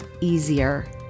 easier